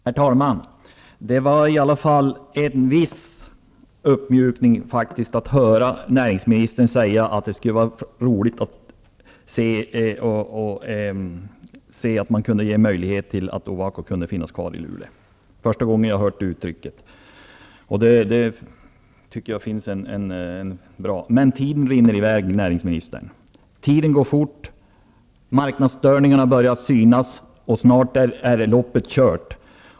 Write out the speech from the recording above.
Herr talman! Det var i alla fall en viss uppmjukning att höra näringsministern säga att det skulle vara roligt om man kunde ge möjligheter för Ovako att finnas kvar i Luleå. Det är första gången jag har hört det uttrycket, och det tycker jag är bra. Men tiden rinner i väg, näringsministern. Tiden går fort, marknadsstörningen har börjat synas och snart är loppet kört.